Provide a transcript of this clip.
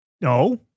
No